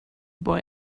boy